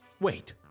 Wait